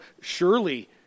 Surely